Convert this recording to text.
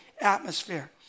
atmosphere